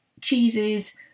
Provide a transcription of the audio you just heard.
cheeses